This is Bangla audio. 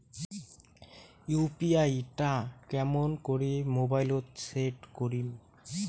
ইউ.পি.আই টা কেমন করি মোবাইলত সেট করিম?